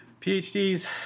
PhD's